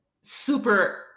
Super